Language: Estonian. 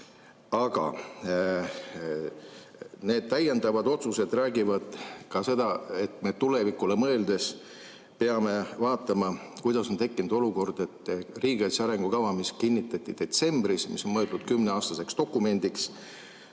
Aga need täiendavad otsused räägivad ka seda, et me tulevikule mõeldes peame vaatama, kuidas on tekkinud olukord, et riigikaitse arengukava, mis kinnitati detsembris ja mis on mõeldud kümneaastaseks dokumendiks,